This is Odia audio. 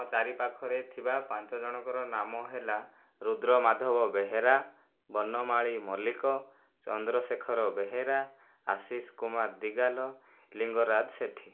ମୋ ଚାରିପାଖରେ ଥିବା ପାଞ୍ଚଜଣଙ୍କ ନାମ ରୁଦ୍ର ମାଧବ ବେହେରା ବନମାଳୀ ମଲିକ ଚନ୍ଦ୍ରଶେଖର ବେହେରା ଆଶିଷ କୁମାର ଦିଗାଲ ଲିଙ୍ଗରାଜ ସେଠୀ